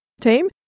team